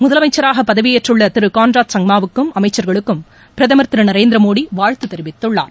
முதலமைச்சராக பதவியேற்றுள்ள திரு கான்ராட் சங்மாவுக்கும் அமைச்சர்களுக்கும் பிரதமர் திரு நரேந்திர மோடி வாழ்த்து தெரிவித்துள்ளார்